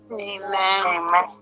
Amen